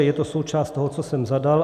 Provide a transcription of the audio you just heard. Je to součást toho, co jsem zadal.